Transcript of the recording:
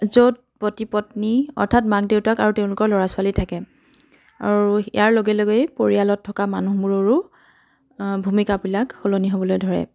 য'ত পতি পত্নী অৰ্থাৎ মাক দেউতাক আৰু তেওঁলোকৰ ল'ৰা ছোৱালী থাকে আৰু ইয়াৰ লগে লগেই পৰিয়ালত থকা মানুহবোৰৰো ভূমিকাবিলাক সলনি হ'বলৈ ধৰে